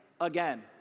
again